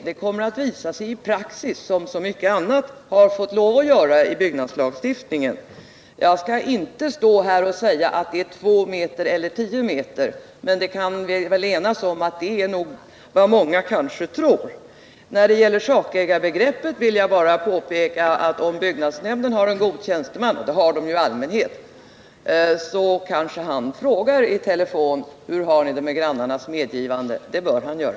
Det kommer att visa sig i praxis, som så mycket annat har fått lov att göra i byggnadslagstiftningen. Jag skall inte stå här och säga att det är 2 meter eller 10 meter, men vi kan väl enas om att det är nog vad många tror. När det gäller sakägarbegreppet vill jag bara påpeka att om byggnadsnämnden har en god tjänsteman — och det har ju byggnadsnämnderna i allmänhet — så kanske han frågar i telefon: Hur har ni det med grannarnas medgivande? Det bör han göra.